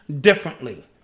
differently